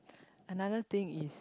another thing is